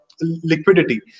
Liquidity